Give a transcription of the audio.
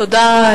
תודה,